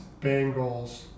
Bengals